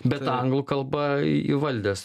bet anglų kalbą į įvaldęs